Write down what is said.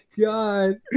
god